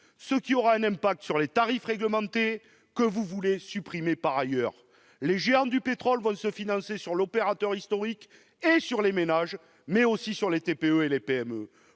ce qui aura un impact sur les tarifs réglementés, que vous voulez supprimer par ailleurs ! Les géants du pétrole vont se financer aux dépens de l'opérateur historique et des ménages, mais aussi des TPE et des PME.